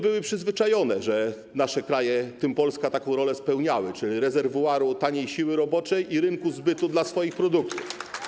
Były przyzwyczajone, że nasze kraje, w tym Polska, taką rolę spełniały, czyli rolę rezerwuaru taniej siły roboczej i rynku zbytu dla swoich produktów.